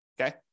Okay